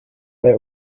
bei